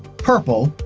purple,